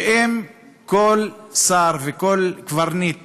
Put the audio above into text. שאם כל שר וכל קברניט